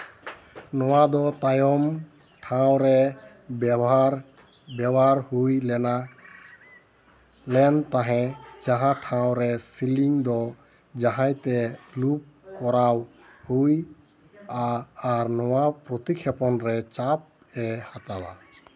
ᱱᱚᱣᱟ ᱫᱚ ᱛᱟᱭᱚᱢ ᱴᱷᱟᱶ ᱨᱮ ᱵᱮᱵᱚᱦᱟᱨ ᱵᱮᱣᱦᱟᱨ ᱦᱩᱭ ᱞᱮᱱᱟ ᱞᱮᱱ ᱛᱟᱦᱮᱸ ᱡᱟᱦᱟᱸ ᱴᱷᱟᱶ ᱨᱮ ᱥᱤᱞᱤᱝ ᱫᱚ ᱡᱟᱦᱟᱸᱭ ᱛᱮ ᱞᱩᱯ ᱠᱚᱨᱟᱣ ᱦᱩᱭᱩᱜᱼᱟ ᱟᱨ ᱱᱚᱣᱟ ᱯᱨᱚᱛᱤᱠᱷᱮᱯᱚᱱ ᱨᱮᱱᱟᱜ ᱪᱟᱯᱼᱮ ᱦᱟᱛᱟᱣᱟ